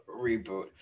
reboot